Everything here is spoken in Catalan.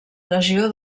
legió